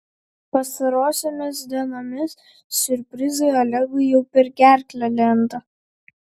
pastarosiomis dienomis siurprizai olegui jau per gerklę lenda